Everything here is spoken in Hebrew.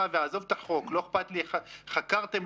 עכשיו קיבלתי תמונה מעכו ששרפו חנויות של יהודים,